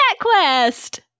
Quest